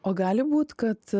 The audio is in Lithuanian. o gali būt kad